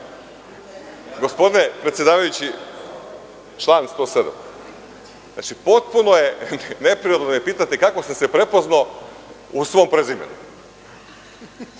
Gospodine predsedavajući, član 107.Potpuno je neprirodno da me pitate kako sam se prepoznao u svom prezimenu.